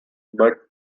but